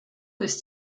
ist